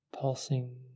pulsing